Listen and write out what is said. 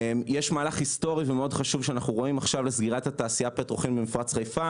יש מהלך היסטורי ומאוד חשוב לסגירת התעשייה הפטרוכימית במפרץ חיפה.